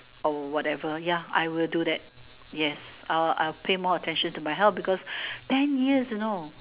or whatever ya I will do that yes I'll pay more attention to my health because ten years you know